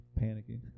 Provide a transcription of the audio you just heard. panicking